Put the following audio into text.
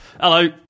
Hello